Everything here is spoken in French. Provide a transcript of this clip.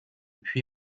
puy